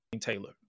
taylor